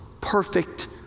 perfect